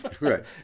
Right